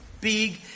Big